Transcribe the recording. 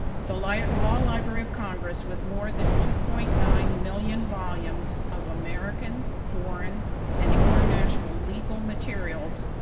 so like law library of congress, with more than two point nine million volumes of american, foreign and international legal materials,